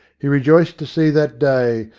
he rejoiced to see that day,